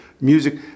music